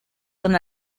con